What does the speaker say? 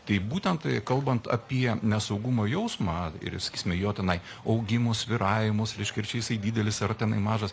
tai būtent kalbant apie nesaugumo jausmą ir sakysime jo tenai augimus svyravimus reiškia ar čia jisai didelis ar tenai mažas